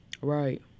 right